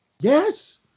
Yes